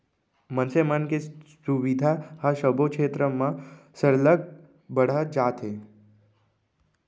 मनसे मन के सुबिधा ह सबो छेत्र म सरलग बढ़त जात हे